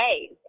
ways